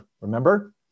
remember